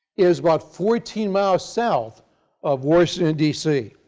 is about fourteen miles south of washington, d. c.